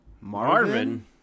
Marvin